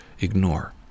ignore